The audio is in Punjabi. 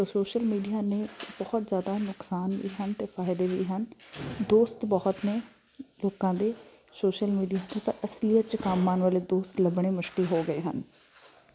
ਸੋਸ਼ਲ ਮੀਡੀਆ ਨੇ ਸ ਬਹੁਤ ਜ਼ਿਆਦਾ ਨੁਕਸਾਨ ਵੀ ਹਨ ਅਤੇ ਫਾਇਦੇ ਵੀ ਹਨ ਦੋਸਤ ਬਹੁਤ ਨੇ ਲੋਕਾਂ ਦੇ ਸੋਸ਼ਲ ਮੀਡੀਆ 'ਤੇ ਪਰ ਅਸਲੀਅਤ 'ਚ ਕੰਮ ਆਉਣ ਵਾਲੇ ਦੋਸਤ ਲੱਭਣੇ ਮੁਸ਼ਕਿਲ ਹੋ ਗਏ ਹਨ